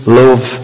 love